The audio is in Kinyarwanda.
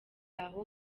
aho